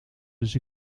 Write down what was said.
dus